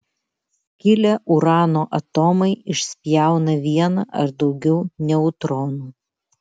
skilę urano atomai išspjauna vieną ar daugiau neutronų